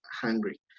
hungry